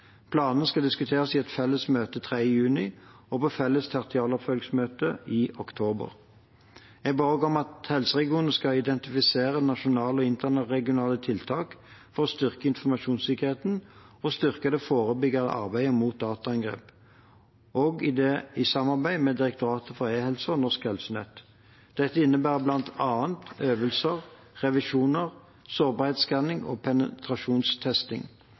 skal diskuteres i et felles møte 3. juni og på felles tertialoppfølgingsmøte i oktober. Jeg ba også om at helseregionene skal identifisere nasjonale og interregionale tiltak for å styrke informasjonssikkerheten og styrke det forebyggende arbeidet mot dataangrep, også i samarbeid med Direktoratet for e-helse og Norsk helsenett. Dette innebærer bl.a. øvelser, revisjoner, sårbarhetsskanning og penetrasjonstesting.